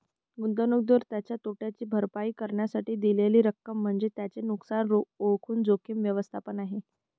गुंतवणूकदार त्याच्या तोट्याची भरपाई करण्यासाठी दिलेली रक्कम म्हणजे त्याचे नुकसान ओळखून जोखीम व्यवस्थापन आहे